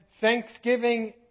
Thanksgiving